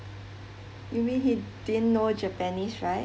you mean he didn't know japanese right